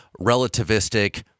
relativistic